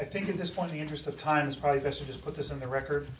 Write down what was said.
i think at this point the interest of times probably best to just put this on the record